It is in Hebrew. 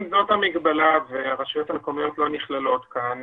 אם זו מגבלה והרשויות המקומיות לא נכללות כאן,